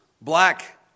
Black